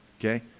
Okay